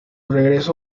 regreso